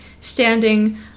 standing